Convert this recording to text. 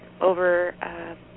over